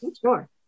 Sure